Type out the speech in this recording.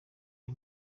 ayo